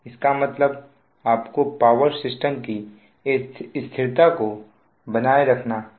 इसका मतलब आपको पावर सिस्टम की स्थिरता को बनाए रखना है